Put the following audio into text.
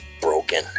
broken